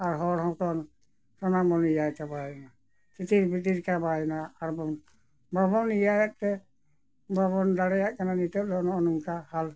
ᱟᱨ ᱦᱚᱲ ᱦᱚᱸᱵᱚᱱ ᱥᱟᱱᱟᱢ ᱵᱚᱱ ᱤᱭᱟᱹ ᱪᱟᱵᱟᱭᱮᱱᱟ ᱪᱷᱤᱛᱤᱨ ᱵᱤᱛᱤᱨ ᱪᱟᱵᱟᱭᱮᱱᱟ ᱟᱨ ᱵᱚᱱ ᱵᱟᱵᱚᱱ ᱤᱭᱟᱹᱭᱮᱫᱛᱮ ᱵᱟᱵᱚᱱ ᱫᱟᱲᱮᱭᱟᱜ ᱠᱟᱱᱟ ᱱᱤᱛᱳᱜ ᱫᱚ ᱱᱚᱜᱼᱚ ᱱᱚᱝᱠᱟ ᱦᱟᱞ